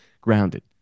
grounded